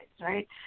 right